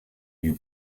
you